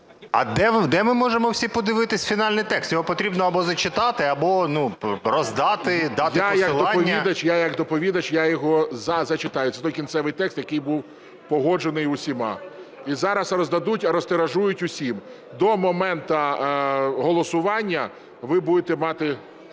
А де ми можемо всі подивитись фінальний текст? Його потрібно або зачитати, або роздати, дати посилання. 13:53:05 ГОЛОВУЮЧИЙ. Я як доповідач, я його зачитаю. Це той кінцевий текст, який був погоджений усіма. І зараз роздадуть, розтиражують усім. До моменту голосування ви будете мати…